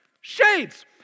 Shades